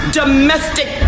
domestic